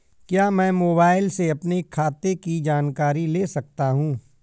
क्या मैं मोबाइल से अपने खाते की जानकारी ले सकता हूँ?